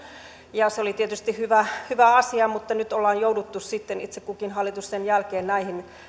ja se oli tietysti hyvä asia mutta nyt ollaan jouduttu sitten itse kukin hallitus sen jälkeen näihin